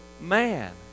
man